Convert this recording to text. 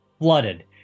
flooded